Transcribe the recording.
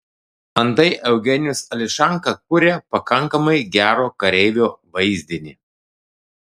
antai eugenijus ališanka kuria pakankamai gero kareivio vaizdinį